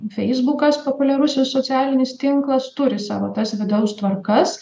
feisbukas populiarusis socialinis tinklas turi savo tas vidaus tvarkas